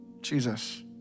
Jesus